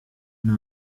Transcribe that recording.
nta